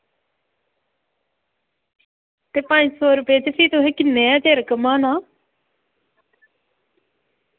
ते पंज सौ रपे बिच भी तुसें किन्ना चिर घुम्माना